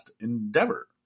endeavor